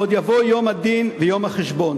ועוד יבוא יום הדין ויום החשבון.